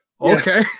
okay